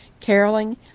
caroling